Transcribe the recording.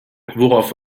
worauf